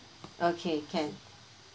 okay can